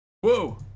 whoa